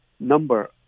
number